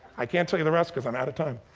i can't tell ya the rest cause i'm outta time.